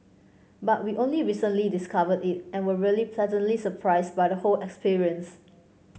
but we only recently discovered it and were really pleasantly surprised by the whole experience